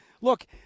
Look